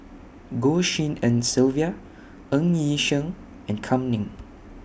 Goh Tshin En Sylvia Ng Yi Sheng and Kam Ning